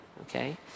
Okay